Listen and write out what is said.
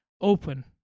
open